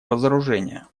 разоружения